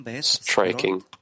striking